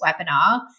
webinar